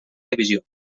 divisió